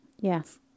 yes